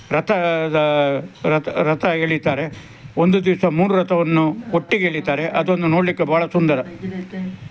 ರಥದ ರಥ ರಥ ಎಳಿತಾರೆ ಒಂದು ದಿವಸ ಮೂರು ರಥವನ್ನು ಒಟ್ಟಿಗೆ ಎಳಿತಾರೆ ಅದೊಂದು ನೋಡಲಿಕ್ಕೆ ಬಹಳ ಸುಂದರ